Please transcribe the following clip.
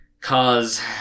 cause